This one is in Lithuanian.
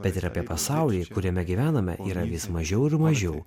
bet ir apie pasaulį kuriame gyvename yra vis mažiau ir mažiau